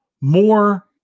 more